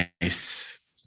nice